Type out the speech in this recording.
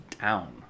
down